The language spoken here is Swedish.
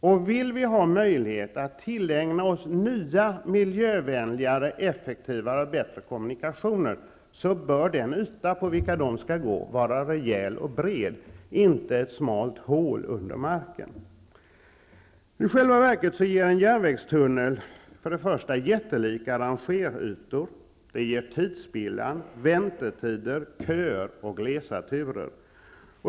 Om vi vill ha möjlighet att tillägna oss nya, miljövänligare, effektivare och bättre kommunikationer, bör den yta på vilken de skall gå vara rejäl och bred, inte ett smalt hål under marken. En järnvägstunnel ger dessutom jättelika rangerytor. Det ger tidsspillan, väntetider, köer och glesa turer.